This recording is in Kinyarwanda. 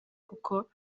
kuko